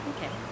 Okay